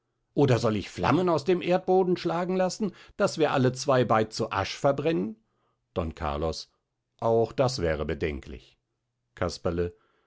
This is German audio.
oder soll ich flammen aus dem erdboden schlagen laßen daß wir alle zwei beid zu asch verbrennen don carlos auch das wäre bedenklich casperle